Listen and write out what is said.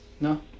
No